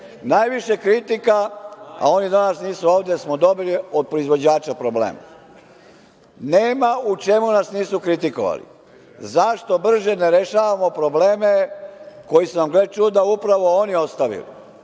Najviše kritika, a oni danas nisu ovde, smo dobili od proizvođača problema. Nema u čemu nas nisu kritikovali. Zašto brže ne rešavamo probleme, koji su nam, gle čuda, upravo oni ostavili.